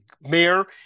mayor